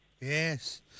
Yes